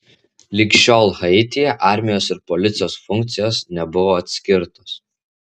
lig šiol haityje armijos ir policijos funkcijos nebuvo atskirtos